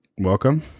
Welcome